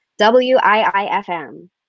WIIFM